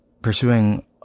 pursuing